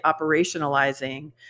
operationalizing